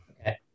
Okay